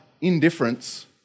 indifference